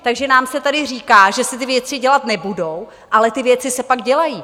Takže nám se tady říká, že se ty věci dělat nebudou, ale ty věci se pak dělají.